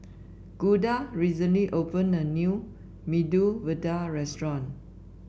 Gunda recently opened a new Medu Vada Restaurant